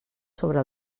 sobre